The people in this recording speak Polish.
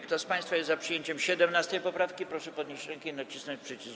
Kto z państwa jest za przyjęciem 17. poprawki, proszę podnieść rękę i nacisnąć przycisk.